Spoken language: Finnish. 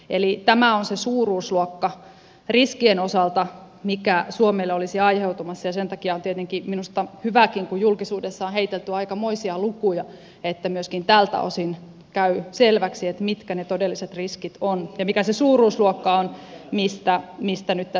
eli tämä on se suuruusluokka riskien osalta mikä suomelle olisi aiheutumassa ja sen takia on tietenkin minusta hyväkin kun julkisuudessa on heitelty aikamoisia lukuja että myöskin tältä osin käy selväksi mitkä ne todelliset riskit ovat ja mikä se suurusluokka on mistä nyt tässä puhutaan